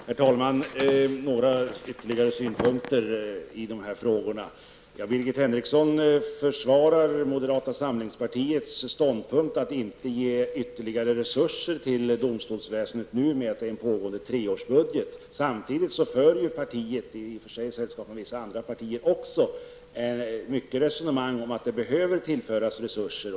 Herr talman! Birgit Henriksson försvarar moderata samlingspartiets ståndpunkt att inte ge ytterligare resurser till domstolsväsendet med att det är en pågående treårsbudget. Samtidigt för partiet, i sällskap med vissa andra partier, många resonemang om att det behöver tillföras resurser.